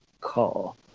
call